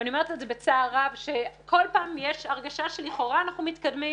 ואני אומרת את זה בצער רב שכל פעם יש הרגשה שלכאורה אנחנו מתקדמים,